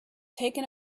taken